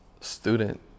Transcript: student